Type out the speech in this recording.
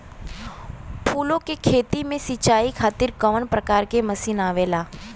फूलो के खेती में सीचाई खातीर कवन प्रकार के मशीन आवेला?